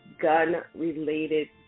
gun-related